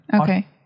Okay